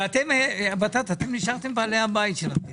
לעבודה כי הם מנצלים את ימי החופשה וימי המחלה שלהם,